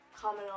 comment